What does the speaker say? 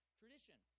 tradition